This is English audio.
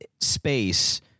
space